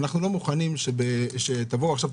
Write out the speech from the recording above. אנחנו לא מוכנים שתבואו עכשיו,